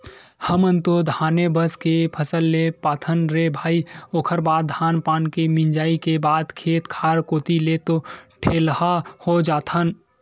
हमन तो धाने बस के फसल ले पाथन रे भई ओखर बाद धान पान के मिंजई के बाद खेत खार कोती ले तो ठेलहा हो जाथन